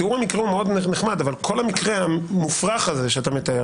תיאור המקרים מאוד נחמד אבל כל המקרה המופרך הזה שאתה מתאר,